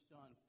John